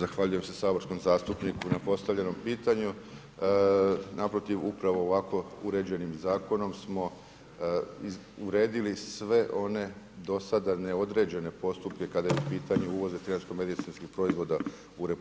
Zahvaljujem se saborskom zastupniku na postavljenom pitanju, naprotiv upravo ovako uređenim zakonom, smo uredili sve one do sada neodređene postupke, kada je u pitanju uvoz veterinarsko medicinskih proizvoda u RH,